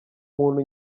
muntu